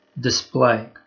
display